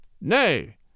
Nay